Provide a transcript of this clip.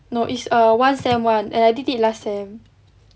no is err one sem one and I did it last sem